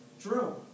True